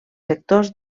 sectors